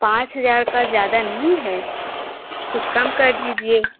पाँच हज़ार का ज़्यादा नहीं है कुछ कम कर दीजिए